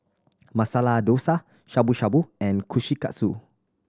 Masala Dosa Shabu Shabu and Kushikatsu